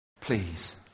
please